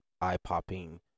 eye-popping